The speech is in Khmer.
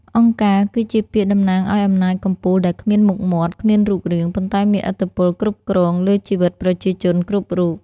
«អង្គការ» គឺជាពាក្យតំណាងឱ្យអំណាចកំពូលដែលគ្មានមុខមាត់ គ្មានរូបរាង ប៉ុន្តែមានឥទ្ធិពលគ្រប់គ្រងលើជីវិតប្រជាជនគ្រប់រូប។